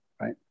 Right